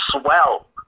swell